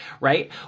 right